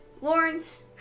lawrence